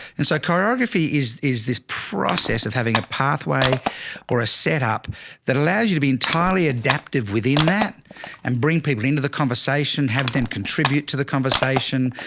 and so choreography is, is this process of having a pathway or a set up that allows you to be entirely adaptive within that and bring people into the conversation, have them contribute to the conversation.